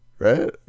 right